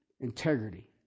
integrity